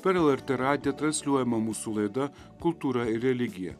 per lrt radiją transliuojama mūsų laida kultūra ir religija